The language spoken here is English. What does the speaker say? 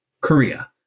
Korea